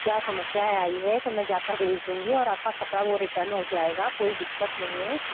क्या समस्याएँ आईं है तो मैं जाकर भेज दूंगी और आपका कपड़ा वो रिटर्न हो जाएगा कोई दिक्कत नहीं है